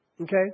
Okay